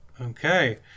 Okay